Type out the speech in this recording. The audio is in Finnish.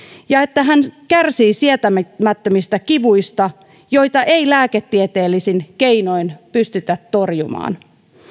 ja että hän kärsii sietämättömistä kivuista joita ei lääketieteellisin keinoin pystytä torjumaan